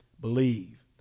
believe